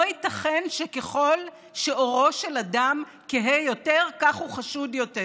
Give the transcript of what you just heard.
לא ייתכן שככל שעורו של אדם כהה יותר כך הוא חשוד יותר.